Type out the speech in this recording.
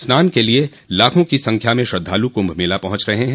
स्नान के लिए लाखों की संख्या में श्रद्धालु कुंभ मेला पहुंच रहे हैं